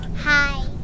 Hi